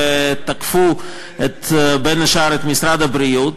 ותקפו בין השאר את משרד הבריאות.